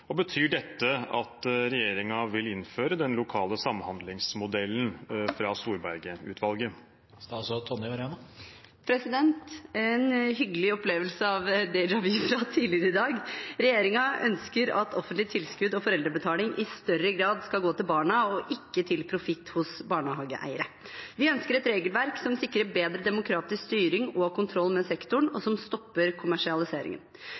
og betyr dette at regjeringen vil innføre den lokale samhandlingsmodellen fra Storberget-utvalget?» En hyggelig opplevelse av déjà vu fra tidligere i dag. Regjeringen ønsker at offentlige tilskudd og foreldrebetaling i større grad skal gå til barna og ikke til profitt hos barnehageeiere. Vi ønsker et regelverk som sikrer bedre demokratisk styring og kontroll med sektoren, og som stopper kommersialiseringen.